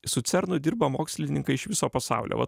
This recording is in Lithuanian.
su cernu dirba mokslininkai iš viso pasaulio va